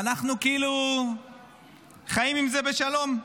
ואנחנו כאילו חיים עם זה בשלום.